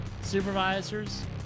supervisors